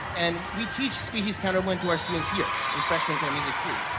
and we teach species counterpoint to our students here, in freshman music theory.